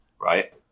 right